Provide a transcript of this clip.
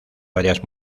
varias